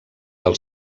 del